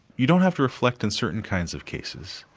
you don't have to reflect in certain kinds of cases.